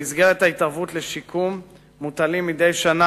במסגרת ההתערבות לשיקום מוטלים מדי שנה